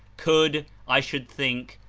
could, i should think,